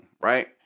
right